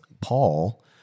Paul